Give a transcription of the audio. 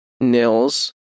Nils